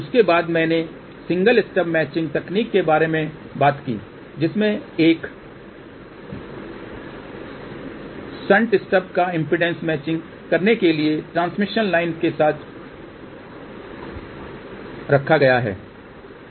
उसके बाद मैंने सिंगल स्टब मैचिंग तकनीक के बारे में बात की जिसमें एक शंट स्टब को इम्पीडेन्स मैचिंग करने के लिए ट्रांसमिशन लाइन के साथ रखा गया है